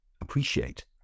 appreciate